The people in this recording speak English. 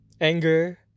anger